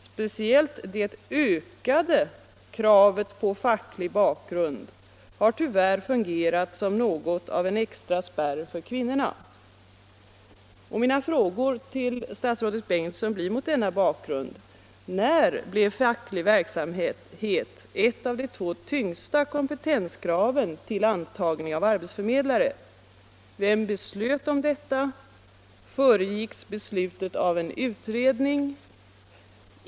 Speciellt det ökade kravet på facklig bakgrund har tyvärr fungerat som något av en extra spärr för kvinnorna.” Mina frågor till statsrådet Bengtsson blir mot denna bakgrund: När blev facklig erfarenhet ett av de två tyngsta kompetenskraven vid antagning av arbetsförmedlare? Vem beslöt om detta? Föregicks beslutet av en utredning?